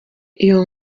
iyo